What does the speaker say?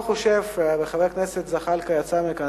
חבר הכנסת זחאלקה יצא מכאן.